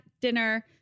dinner